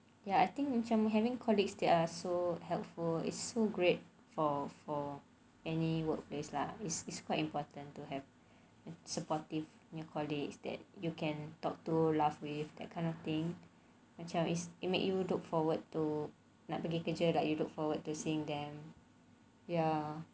ya I think macam having colleagues they are so helpful is so great for for any workplace lah it's it's quite important to have a supportive your colleagues that you can talk to laugh with that kind of thing macam it you make you look forward to nak pergi kerja you look forward to seeing them